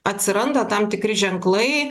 atsiranda tam tikri ženklai